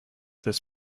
this